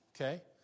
Okay